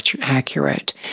accurate